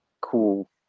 cool